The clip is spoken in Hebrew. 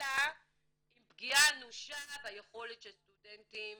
חלילה עם פגיעה אנושה ביכולת של סטודנטים